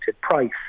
price